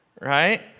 Right